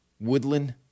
woodland